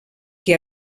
que